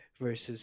versus